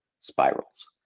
spirals